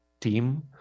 team